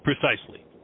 Precisely